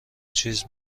چیز